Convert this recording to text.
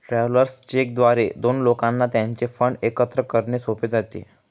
travellers cheque द्वारे दोन लोकांना त्यांचे फंड एकत्र करणे सोपे जाते